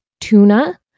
tuna